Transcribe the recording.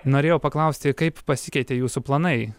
norėjau paklausti kaip pasikeitė jūsų planai